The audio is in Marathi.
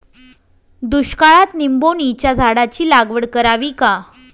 दुष्काळात निंबोणीच्या झाडाची लागवड करावी का?